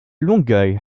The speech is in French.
longueuil